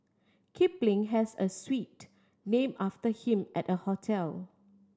Kipling has a suite named after him at the hotel